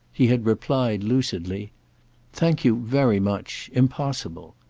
he had replied lucidly thank you very much impossible.